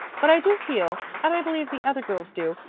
but i do feel, and i believe the other girls do,